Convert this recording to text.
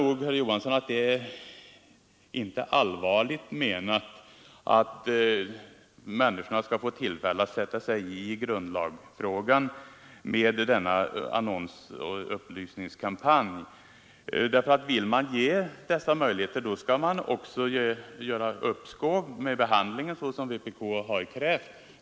Herr Johansson, det är nog inte allvarligt menat att människorna skall få tillfälle att sätta sig in i grundlagsfrågan med hjälp av den beslutade upplysningskampanjen. Vill man ge människorna dessa möjligheter, skall man också ta ett uppskov med behandlingen, så som vpk har krävt.